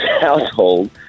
household